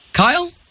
Kyle